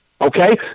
okay